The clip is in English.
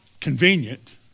convenient